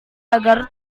agar